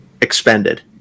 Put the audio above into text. expended